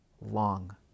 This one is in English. long